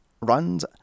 runs